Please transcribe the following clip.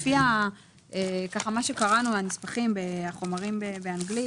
לפי מה שקראנו - הנוסחים והחומרים באנגלית